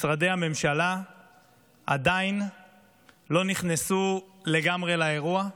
משרדי הממשלה עדיין לא נכנסו לגמרי לאירוע.